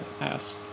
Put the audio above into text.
asked